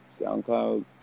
SoundCloud